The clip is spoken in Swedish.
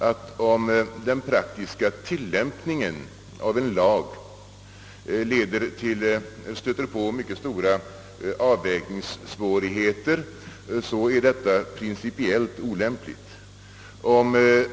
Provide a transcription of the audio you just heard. Att den praktiska tilllämpningen av en lag stöter på mycket stora avvägningssvårigheter, är väl ändå principiellt olämpligt.